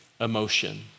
emotion